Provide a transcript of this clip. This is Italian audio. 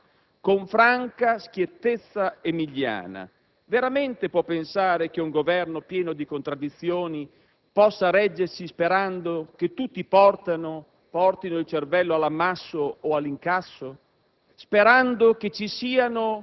Ma con sincera obiettività, con franca schiettezza emiliana, veramente può pensare che un Governo pieno di contraddizioni possa reggersi sperando che tutti portino il cervello all'ammasso o all'incasso,